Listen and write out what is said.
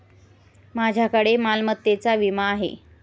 माझ्याकडे मालमत्तेचा विमा आहे